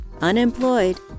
unemployed